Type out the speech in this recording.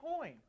coin